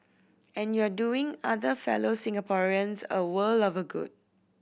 and you're doing other fellow Singaporeans a world of good